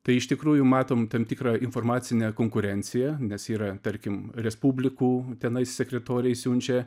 tai iš tikrųjų matom tam tikrą informacinę konkurenciją nes yra tarkim respublikų tenai sekretoriai siunčia